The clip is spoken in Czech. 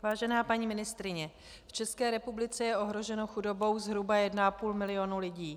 Vážená paní ministryně, v České republice je ohroženo chudobou zhruba 1,5 milionu lidí.